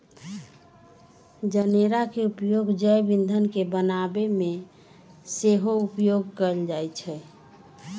जनेरा के उपयोग जैव ईंधन के बनाबे में सेहो उपयोग कएल जाइ छइ